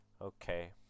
Okay